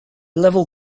level